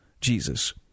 Jesus